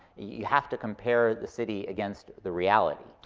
you have to compare the city against the reality.